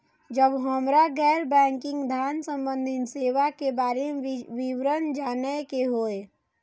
जब हमरा गैर बैंकिंग धान संबंधी सेवा के बारे में विवरण जानय के होय?